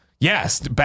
Yes